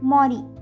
Mori